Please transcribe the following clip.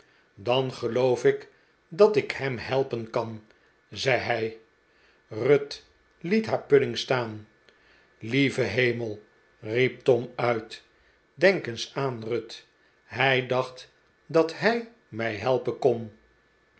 dan geloof ik dat ik hem helpen kan zei hij ruth liet haar pudding staan lieve hemel riep tom uit denk eens aan ruth hij dacht dat hij mij helpen kon